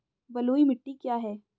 बलुई मिट्टी क्या है?